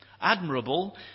Admirable